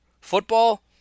Football